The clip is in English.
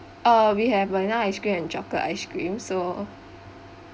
uh we have banana ice cream and chocolate ice cream so